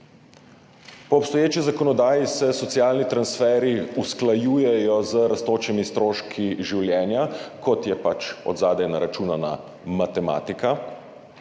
Po obstoječi zakonodaji se socialni transferji usklajujejo z rastočimi stroški življenja, kot je pač od zadaj naračunana matematika.